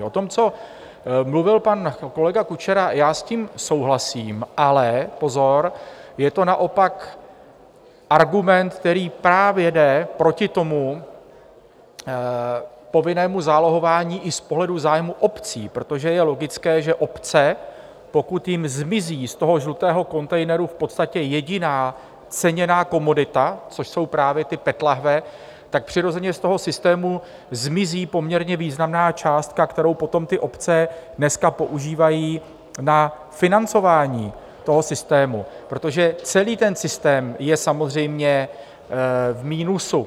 O tom, co mluvil pan kolega Kučera, já s tím souhlasím, ale pozor, je to naopak argument, který právě jde proti povinnému zálohování i z pohledu zájmu obcí, protože je logické, že obce, pokud jim zmizí z toho žlutého kontejneru v podstatě jediná ceněná komodita, což jsou právě ty PET láhve, tak přirozeně z toho systému zmizí poměrně významná částka, kterou potom ty obce dneska používají na financování toho systému, protože celý ten systém je samozřejmě v minusu.